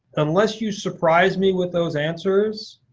unless you surprise me with those answers,